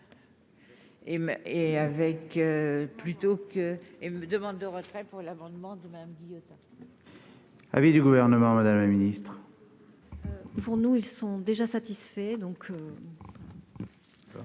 et avec plutôt que et me demande de retrait pour l'amendement du même Dieu. Avis du gouvernement, Madame la Ministre. Pour nous, ils sont déjà satisfaits donc.